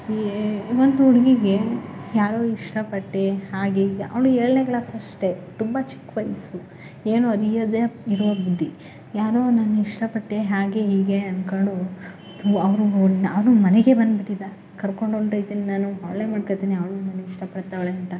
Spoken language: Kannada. ಏ ಒಂದು ಹುಡುಗಿಗೆ ಯಾರೊ ಇಷ್ಟ ಪಟ್ಟು ಹಾಗೆ ಹೀಗೆ ಅವ್ಳು ಏಳ್ನೇ ಕ್ಲಾಸ್ ಅಷ್ಟೇ ತುಂಬ ಚಿಕ್ಕ ವಯಸ್ಸು ಏನು ಅರಿಯದೇ ಇರೋ ಬುದ್ಧಿ ಯಾರೋ ನಾನು ಇಷ್ಟ ಪಟ್ಟೆ ಹಾಗೆ ಹೀಗೆ ಅಂದ್ಕೊಂಡು ಥೂ ಅವರು ಅವನು ಮನೆಗೆ ಬಂದ್ಬಿಟ್ಟಿದ್ದ ಕರ್ಕೊಂಡು ಹೊರ್ಟೋಯ್ತೀನಿ ನಾನು ಅವ್ಳನ್ನೇ ಮಾಡ್ಕೊಳ್ತೀನಿ ಅವಳು ನನ್ನ ಇಷ್ಟ ಪಡ್ತವ್ಳೆ ಅಂತ